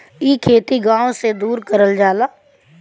इ खेती गाव से दूर करल जाला